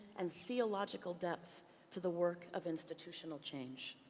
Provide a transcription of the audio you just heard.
and theological depth to the work of institutional change.